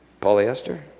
Polyester